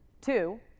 Two